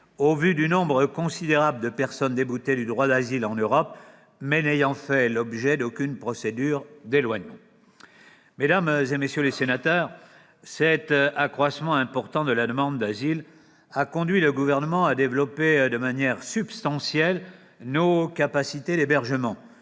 au vu du nombre considérable de personnes déboutées du droit d'asile en Europe, mais n'ayant fait l'objet d'aucune procédure d'éloignement. Mesdames, messieurs les sénateurs, cet accroissement important de la demande d'asile a conduit le Gouvernement à développer de manière substantielle nos capacités d'hébergement.